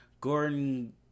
Gordon